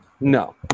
No